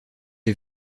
les